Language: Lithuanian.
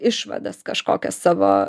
išvadas kažkokias savo